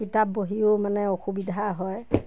কিতাপ বহিও মানে অসুবিধা হয়